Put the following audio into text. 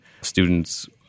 Students